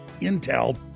intel